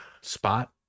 Spot